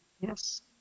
Yes